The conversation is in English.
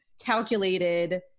calculated